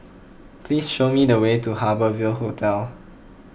please show me the way to Harbour Ville Hotel